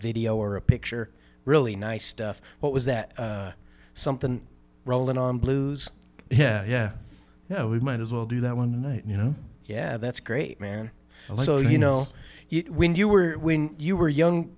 a picture really nice stuff but was that something rolling on blues yeah yeah yeah we might as well do that one and i you know yeah that's great man so you know when you were when you were young